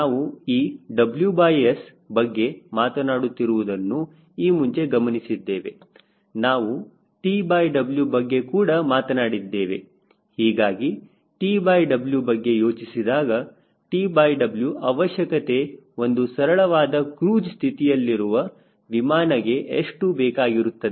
ನಾವು ಈ WS ಬಗ್ಗೆ ಮಾತನಾಡುತ್ತಿರುವುದನ್ನು ಈ ಮುಂಚೆ ಗಮನಿಸಿದ್ದೇವೆ ನಾವು TW ಬಗ್ಗೆ ಕೂಡ ಮಾತನಾಡಿದ್ದೇವೆ ಹೀಗಾಗಿ TW ಬಗ್ಗೆ ಯೋಚಿಸಿದಾಗ TW ಅವಶ್ಯಕತೆ ಒಂದು ಸರಳವಾದ ಕ್ರೂಜ್ ಸ್ಥಿತಿಯಲ್ಲಿರುವ ವಿಮಾನಗೆ ಎಷ್ಟು ಬೇಕಾಗಿರುತ್ತದೆ